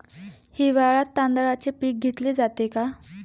हिवाळ्यात तांदळाचे पीक घेतले जाते का?